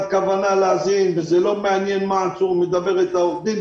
כוונה להאזין ולא מעניין מה העצור מדבר עם עורך הדין,